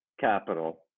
capital